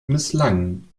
misslang